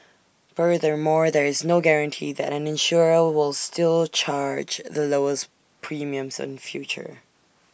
furthermore there is no guarantee that an insurer will still charge the lowest premiums in future